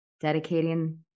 dedicating